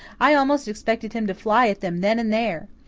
i almost expected him to fly at them then and there.